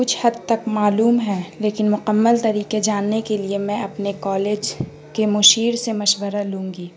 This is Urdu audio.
کچھ حد تک معلوم ہے لیکن مکمل طریقے جاننے کے لیے میں اپنے کالج کے مشیر سے مشورہ لوں گی